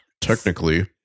technically